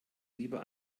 lieber